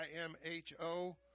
I-M-H-O